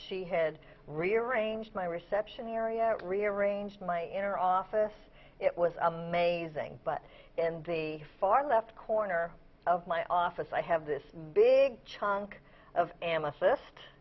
she had rearranged my reception area rearranged my inner office it was amazing but in the far left corner of my office i have this big chunk of am